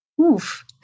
Oof